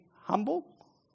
humble